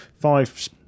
five